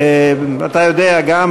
אתה יודע גם,